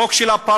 חוק של אפרטהייד,